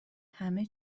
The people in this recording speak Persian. همه